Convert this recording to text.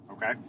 Okay